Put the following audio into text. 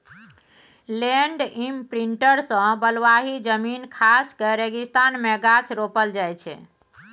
land imprinter सँ बलुआही जमीन खास कए रेगिस्तान मे गाछ रोपल जाइ छै